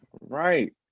Right